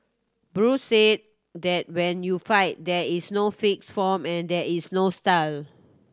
Bruce said that when you fight there is no fixed form and there is no style